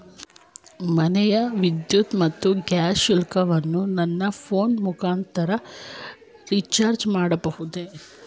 ಮನೆಯ ವಿದ್ಯುತ್ ಮತ್ತು ಗ್ಯಾಸ್ ಶುಲ್ಕವನ್ನು ನನ್ನ ಫೋನ್ ಮುಖಾಂತರ ರಿಚಾರ್ಜ್ ಮಾಡಬಹುದೇ?